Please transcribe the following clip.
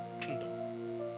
kingdom